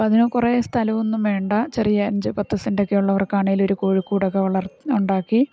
അതിനു കുറേ സ്ഥലം ഒന്നും വേണ്ട ചെറിയ അഞ്ച് പത്ത് സെൻറ്റൊക്കെ ഉള്ളവർക്കാണെങ്കിലും ഒരു കോഴിക്കൂടൊക്കെ വളർ ഉണ്ടാക്കി